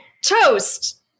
Toast